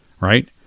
right